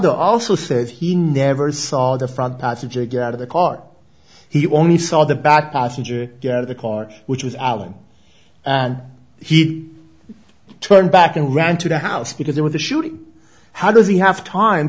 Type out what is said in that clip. there also says he never saw the front passenger get out of the car he won't he saw the bad passenger of the car which was alan and he turned back and ran to the house because there was a shooting how does he have time